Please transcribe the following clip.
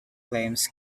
claims